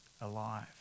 alive